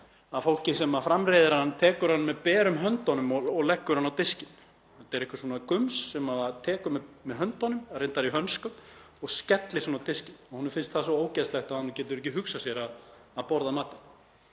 að fólkið sem framreiðir matinn tekur hann með berum höndunum og leggur hann á diskinn. Þetta er eitthvert gums sem það tekur með höndunum, reyndar í hönskum, og skellir á diskinn. Honum finnst það svo ógeðslegt að hann getur ekki hugsað sér að borða matinn.